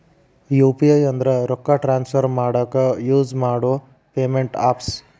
UPI ಅಂದ್ರ ರೊಕ್ಕಾ transfer ಮಾಡಾಕ ಯುಸ್ ಮಾಡೋ ಪೇಮೆಂಟ್ ಆಪ್ಸ್